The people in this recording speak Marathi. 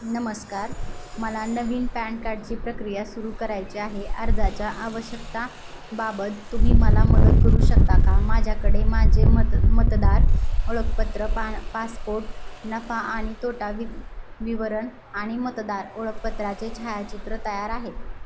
नमस्कार मला नवीन पॅन कार्डची प्रक्रिया सुरू करायची आहे अर्जाच्या आवश्यकता बाबत तुम्ही मला मदत करू शकता का माझ्याकडे माझे मत मतदार ओळखपत्र पा पासपोर्ट नफा आणि तोटा वि विवरण आणि मतदार ओळखपत्राचे छायाचित्र तयार आहेत